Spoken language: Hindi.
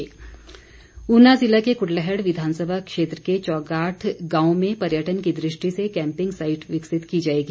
वीरेन्द्र कंवर ऊना जिला के कुटलैहड़ विधानसभा क्षेत्र के चोगाठ गांव में पर्यटन की दृष्टि से कैम्पिंग साइट विकसित की जाएगी